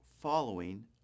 following